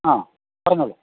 ആ പറഞ്ഞോളൂ